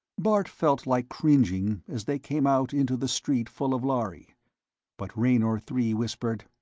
bart felt like cringing as they came out into the street full of lhari but raynor three whispered,